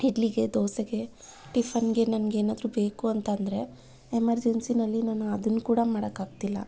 ಇಡ್ಲಿಗೆ ದೋಸೆಗೆ ಟಿಫನ್ಗೆ ನಮಗೆ ಏನಾದರೂ ಬೇಕು ಅಂತ ಅಂದರೆ ಎಮರ್ಜನ್ಸಿಯಲ್ಲಿ ನಾನು ಅದನ್ನು ಕೂಡ ಮಾಡಕ್ಕೆ ಆಗ್ತಿಲ್ಲ